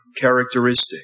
characteristic